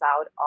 out